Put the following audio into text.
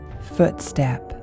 footstep